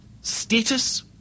status